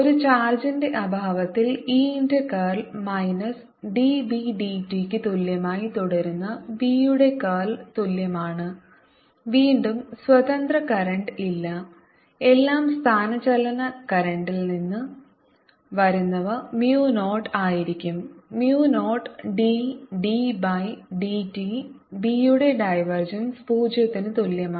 ഒരു ചാർജിന്റെ അഭാവത്തിൽ e ന്റെ കർൾ minus d b d t യ്ക്ക് തുല്യമായി തുടരുന്ന B യുടെ കർൾ തുല്യമാണ് വീണ്ടും സ്വതന്ത്ര കറന്റ് ഇല്ല എല്ലാം സ്ഥാനചലന കറന്റിൽ നിന്ന് വരുന്നവ mu 0 ആയിരിക്കും mu 0 d D by d t b യുടെ ഡൈവർജൻസ് 0 ന് തുല്യമാണ്